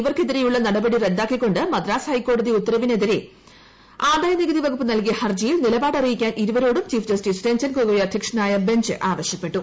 ഇവർക്കെതിരെയുള്ള കള്ളപ്പണ കേസിൽ നടപടി റദ്ദാക്കിക്കൊ ുള്ള മദ്രാസ് ഹൈക്കോടതി ഉത്തരവിനെതിരെ ആദായ നികുതി വകുപ്പ് നൽകിയ ഹർജിയിൽ നിലപാട് അറിയിക്കാൻ ഇരുവരോടും ചീഫ് ജസ്റ്റിസ് രഞ്ജൻ ഗൊഗോയ് അധ്യക്ഷനായ ബെഞ്ച് ആവശ്യപ്പെട്ടു